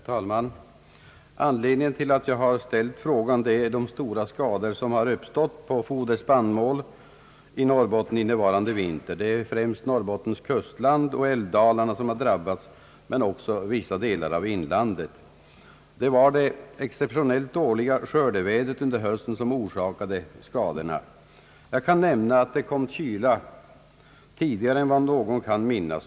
Herr talman! Anledningen till att jag har ställt frågan är de stora skador som har uppstått på foderspannmål i Norrbotten innevarande vinter. Det är främst Norrbottens kustland och älvdalarna som har drabbats men också vissa delar av inlandet. Det var det exceptionellt dåliga skördevädret under hösten som orsakade skadorna. Jag kan nämna att det kom kyla tidigare än vad någon kan minnas.